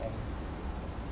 and